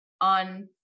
on